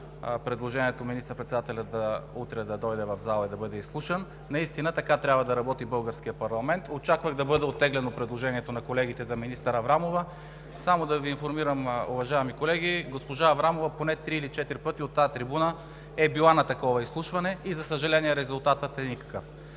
предложението министър-председателят утре да дойде в залата и да бъде изслушан. Наистина така трябва да работи българският парламент. Очаквах да бъде оттеглено предложението на колегите за министър Аврамова. Само да Ви информирам, уважаеми колеги, госпожа Аврамова поне три или четири пъти от тази трибуна е била на такова изслушване и, за съжаление, резултатът е никакъв.